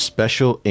Special